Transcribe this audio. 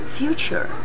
future